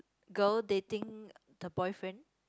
girl they think the boyfriend